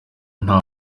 nta